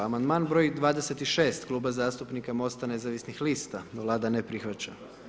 Amandman broj 26., Klub zastupnika MOST-a nezavisnih lista, Vlada ne prihvaća.